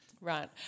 Right